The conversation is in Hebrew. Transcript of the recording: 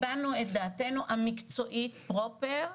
הבענו את דעתנו המקצועית פרופר.